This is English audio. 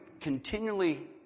continually